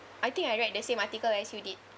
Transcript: I think I read the same article as you did